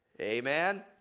Amen